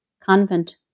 convent